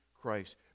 christ